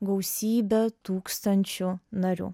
gausybę tūkstančių narių